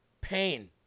pain